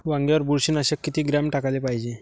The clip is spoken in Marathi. वांग्यावर बुरशी नाशक किती ग्राम टाकाले पायजे?